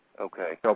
Okay